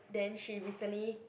then she recently